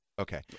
Okay